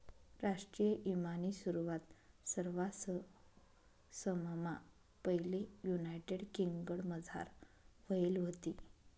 राष्ट्रीय ईमानी सुरवात सरवाससममा पैले युनायटेड किंगडमझार व्हयेल व्हती